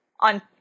on